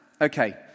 okay